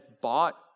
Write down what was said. bought